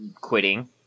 quitting